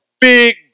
big